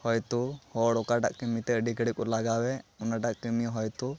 ᱦᱚᱭᱛᱳ ᱦᱚᱲ ᱚᱠᱟᱴᱟᱜ ᱠᱟᱹᱢᱤᱛᱮ ᱟᱹᱰᱤ ᱜᱷᱟᱹᱲᱤᱡᱠᱚ ᱞᱟᱜᱟᱣᱮᱫ ᱚᱱᱟᱴᱟᱜ ᱠᱟᱹᱢᱤ ᱦᱚᱭᱛᱳ